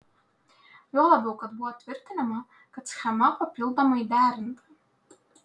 juo labiau kad buvo tvirtinama kad schema papildomai derinta